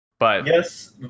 Yes